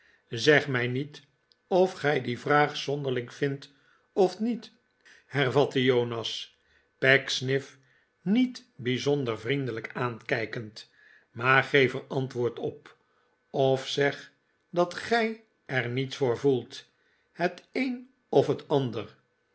zeg mij niet of gij die vraag zonderling vindt of niet hervatte jonas pecksniff niet bijzonder vriendelijk aankijkend maar geef er antwoord op of zeg dat gij er niets voor voelt het een of het ander